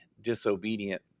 disobedient